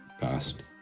past